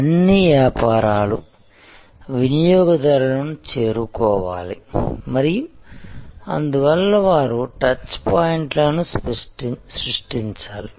అన్ని వ్యాపారాలు వినియోగదారులను చేరుకోవాలి మరియు అందువల్ల వారు టచ్పాయింట్లను సృష్టించాలి